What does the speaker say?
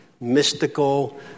mystical